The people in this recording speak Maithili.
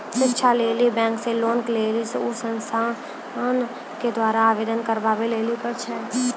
शिक्षा लेली बैंक से लोन लेली उ संस्थान के द्वारा आवेदन करबाबै लेली पर छै?